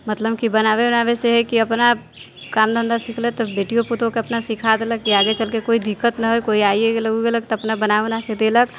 मतलब कि बनाबय उनाबयसँ हइ कि अपना काम धन्धा सिखलक तऽ बेटियो पुतोहूके अपना सिखा देलक कि आगे चलि कऽ कोइ दिक्कत ना होइ कोइ आइए गयलक ओ गयलक तऽ अपना बना उना देलक